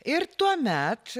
ir tuomet